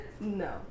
No